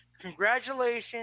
congratulations